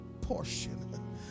portion